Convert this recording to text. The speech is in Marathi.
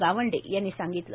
गावंडे यांनी सांगितलं